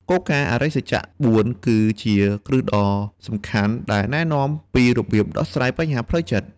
គោលការណ៍ អរិយសច្ច ៤ គឺជាគ្រឹះដ៏សំខាន់ដែលណែនាំពីរបៀបដោះស្រាយបញ្ហាផ្លូវចិត្ត។